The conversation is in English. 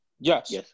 Yes